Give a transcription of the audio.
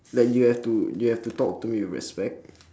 like you have to you have to talk to me with respect